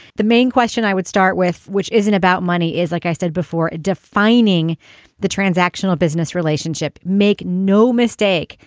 the main question i would start with, which isn't about money, is, like i said before, defining the transactional business relationship. make no mistake,